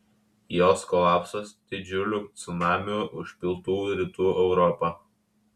jos kolapsas didžiuliu cunamiu užpiltų rytų europą